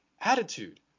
attitude